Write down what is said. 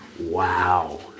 Wow